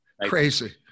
Crazy